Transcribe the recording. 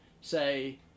say